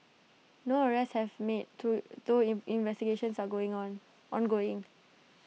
no arrests have made to though investigations are going on ongoing